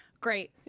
Great